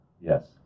Yes